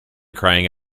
crying